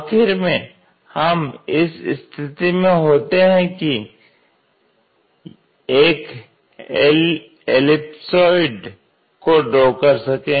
आखिर में हम इस स्थिति में होते हैं कि एक एलिपसॉयड को ड्रॉ कर सके